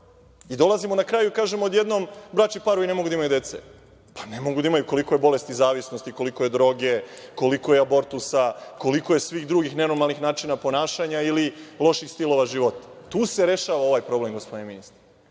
I dolazimo na kraju i kažemo odjednom – bračni parovi ne mogu da imaju dece. Pa, ne mogu da imaju. Koliko je bolesti zavisnosti, koliko je droge, koliko je abortusa, koliko je svih drugih nenormalnih načina ponašanja ili loših stilova života. Tu se rešava ovaj problem, gospodine ministre.